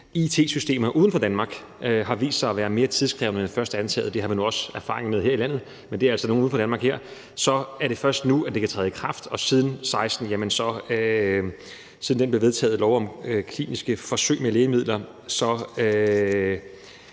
it-systemet uden for Danmark har vist sig at være mere tidskrævende end først antaget – det har man nu også erfaring med her i landet, men nu er det altså nogle uden for Danmark – så er det først nu, det kan træde i kraft. Og siden 2016, hvor lov om kliniske forsøg med lægemidler blev